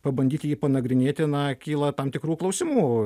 pabandyti jį panagrinėti na kyla tam tikrų klausimų